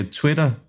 twitter